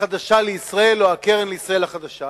החדשה לישראל, או הקרן לישראל החדשה.